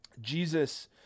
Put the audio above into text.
Jesus